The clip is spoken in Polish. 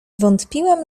wątpiłem